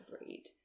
read